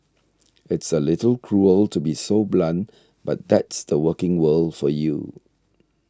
it's a little cruel to be so blunt but that's the working world for you